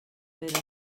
però